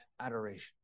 adoration